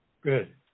Good